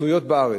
התלויות בארץ.